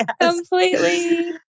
Completely